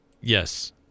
yes